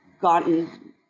gotten